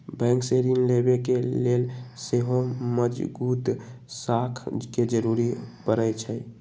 bank से ऋण लेबे के लेल सेहो मजगुत साख के जरूरी परै छइ